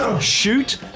shoot